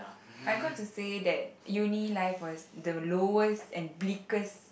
I got to say that uni life was the lowest and bleakest